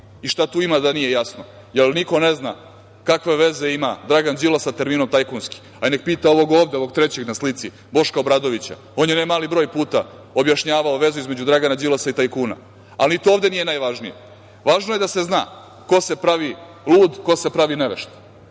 i šta tu ima da nije jasno, jer niko ne zna kakve veze ima Dragan Đilas sa terminom "tajkunski". Neka pita ovog ovde, ovog trećeg na slici, Boška Obradovića. On je ne mali broj puta objašnjavao vezu između Dragana Đilasa i tajkuna, ali ni to ovde nije najvažnije. Važno je da se zna ko se pravi lud, ko se pravi nevešt.